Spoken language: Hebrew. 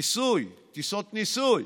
ניסוי, טיסות ניסוי,